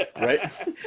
Right